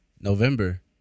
November